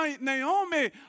Naomi